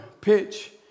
pitch